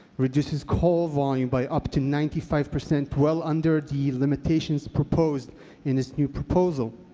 reduces call volume by up to ninety five percent, well under the limitations proposed in this new proposal,